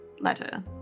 letter